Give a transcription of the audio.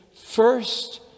first